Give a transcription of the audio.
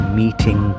meeting